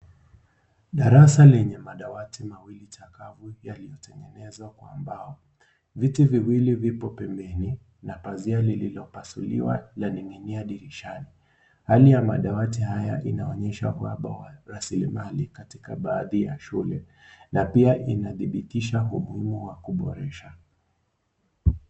Darasa lenye madawadi mawili yaliyotengenezwa kwa mbao ,viti viwili vipo pembeni na pazia lililopasuliwa limeninginia dirishani hali ya madawadi haya yanaonyesha uhaba wa rasilimali katika baadhi ya shule na pia inatibithisha umuhimu wa kuboresha.